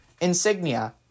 Insignia